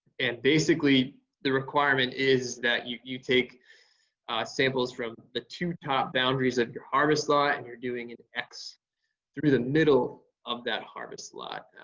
and basically the requirement is you you take samples from the two top boundaries of your harvest lot and you're doing an x through the middle of that harvest lot.